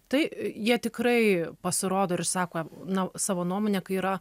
tai jie tikrai pasirodo ir sako na savo nuomonę kai yra